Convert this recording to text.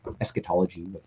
eschatology